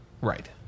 Right